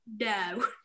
No